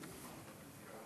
חבר